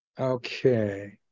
Okay